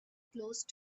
close